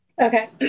Okay